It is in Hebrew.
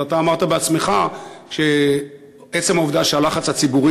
ואתה אמרת בעצמך שעצם העובדה שהלחץ הציבורי